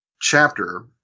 chapter